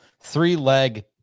three-leg